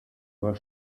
war